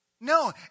No